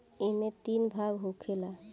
ऐइमे तीन भाग होखेला